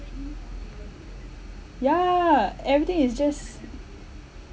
ya everything is just